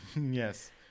Yes